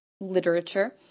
literature